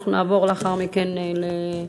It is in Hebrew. אנחנו נעבור לאחר מכן להצבעה,